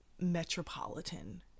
metropolitan